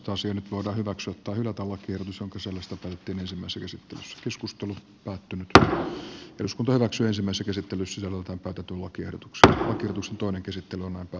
nyt voidaan maksutta hylyt ovat irma sulkusenistä hyväksyä tai hylätä lakiehdotus jonka sisällöstä päätettiin ensimmäisessä käsittelyssä mutta totutun lakiehdotuksen otus toinen käsittely on